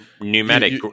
pneumatic